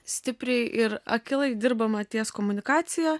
stipriai ir akylai dirbama ties komunikacija